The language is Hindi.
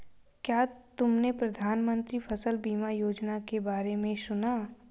क्या तुमने प्रधानमंत्री फसल बीमा योजना के बारे में सुना?